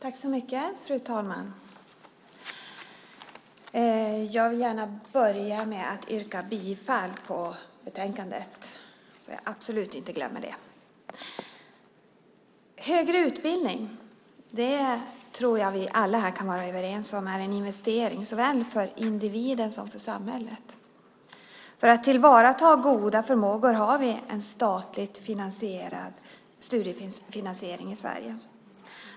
Fru talman! Jag börjar med att yrka bifall till utskottets förslag i betänkandet. Högre utbildning tror jag vi alla kan vara överens om är en investering såväl för individen som för samhället. För att tillvarata goda förmågor har vi en statligt finansierad studiefinansiering i Sverige.